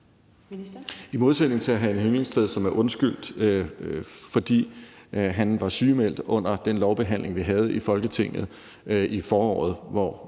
I modsætning til hr. Henning Hyllested, som er undskyldt, fordi han var sygemeldt under den lovbehandling, vi havde i Folketinget i foråret,